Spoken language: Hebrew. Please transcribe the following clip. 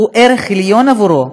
הוא ערך עליון עבורו,